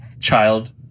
child